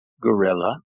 gorilla